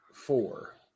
Four